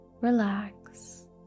relax